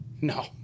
no